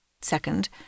Second